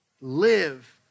live